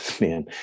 man